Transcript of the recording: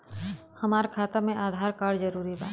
हमार खाता में आधार कार्ड जरूरी बा?